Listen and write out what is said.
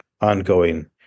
ongoing